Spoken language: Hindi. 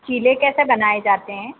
चीले कैसे बनाए जाते हैं